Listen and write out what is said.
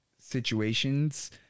situations